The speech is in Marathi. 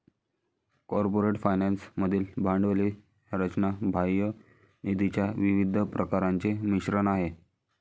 कॉर्पोरेट फायनान्स मधील भांडवली रचना बाह्य निधीच्या विविध प्रकारांचे मिश्रण आहे